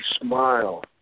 smile